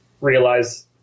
realize